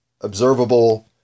observable